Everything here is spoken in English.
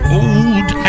old